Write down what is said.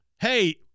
hey